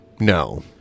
no